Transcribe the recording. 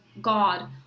God